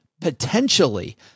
potentially